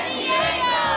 Diego